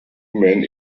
men